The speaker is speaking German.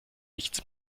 nichts